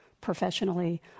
professionally